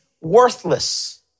worthless